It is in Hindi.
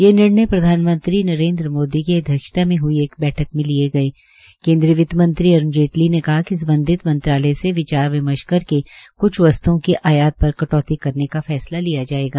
ये निर्णय प्रधानमंत्री नरेन्द्र मोदी की अध्यक्षता में हुई एक बैठक में लिए गए केन्द्रीय वित्त मंत्री अरूण जेटली ने कहा कि सम्बधित मंत्रालय से विचार विर्मश करके क्छ वस्त्ओं की आयात पर कटौती करने का फैसला लिया जायेगा